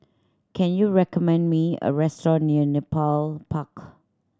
can you recommend me a restaurant near Nepal Park